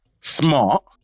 smart